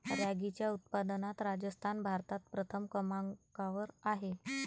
रॅगीच्या उत्पादनात राजस्थान भारतात प्रथम क्रमांकावर आहे